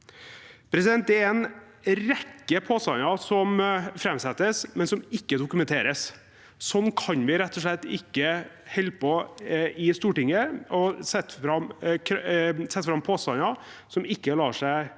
Det er en rekke påstander som framsettes, men som ikke dokumenteres. Sånn kan vi rett og slett ikke holde på i Stortinget, å sette fram påstander som ikke lar seg bevise,